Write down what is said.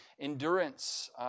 endurance